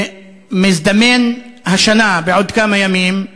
מזדמן השנה, בעוד כמה ימים,